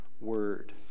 word